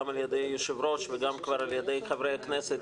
על ידי היושב ראש וגם על ידי חברי הכנסת